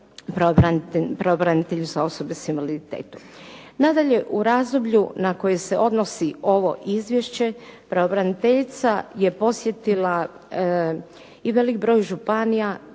pravobranitelju za osobe s invaliditetom. Nadalje, u razdoblju na koji se odnosi ovo izvješće, pravobraniteljica je posjetila i velik broj županija